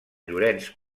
llorenç